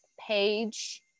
page